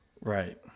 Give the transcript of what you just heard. Right